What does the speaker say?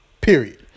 period